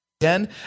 again